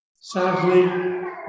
Sadly